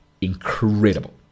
incredible